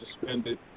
suspended